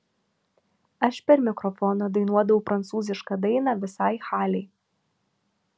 aš per mikrofoną dainuodavau prancūzišką dainą visai halei